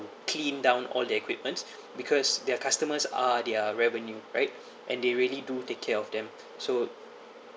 clean down all their equipments because their customers are their revenue right and they really do take care of them so